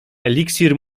eliksir